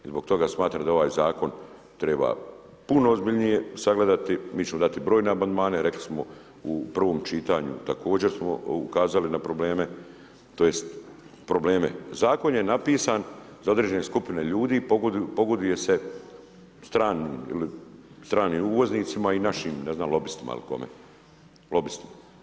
I zbog toga smatram da ovaj zakon treba puno ozbiljnije sagledati, mi ćemo dati brojne amandmane, rekli smo u prvom čitanju, također smo ukazali na probleme tj. probleme zakon je napisan za određen skupine ljudi i pogoduje se stranim uvoznicima i našim ne znam lobistima ili kome lobistima.